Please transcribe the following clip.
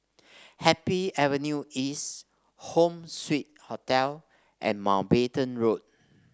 Happy Avenue East Home Suite Hotel and Mountbatten Road